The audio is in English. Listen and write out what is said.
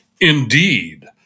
Indeed